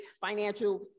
financial